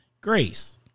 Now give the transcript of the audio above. Grace